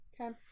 Okay